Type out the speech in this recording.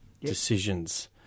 decisions